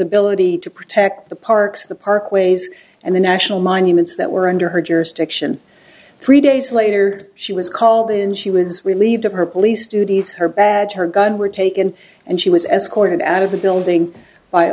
ability to protect the parks the parkways and the national monuments that were under her jurisdiction three days later she was called in she was relieved of her police duties her badge her gun were taken and she was escorted out of the building by